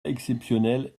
exceptionnelle